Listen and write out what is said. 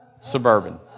suburban